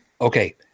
Okay